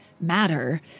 matter